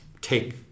take